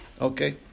Okay